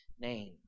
name